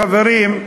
חברים,